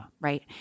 Right